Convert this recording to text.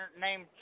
named